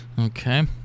Okay